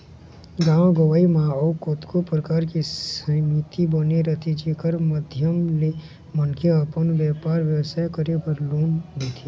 गाँव गंवई म अउ कतको परकार के समिति बने रहिथे जेखर माधियम ले मनखे ह अपन बेपार बेवसाय करे बर लोन देथे